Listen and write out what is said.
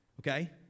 Okay